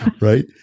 right